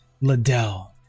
Liddell